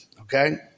okay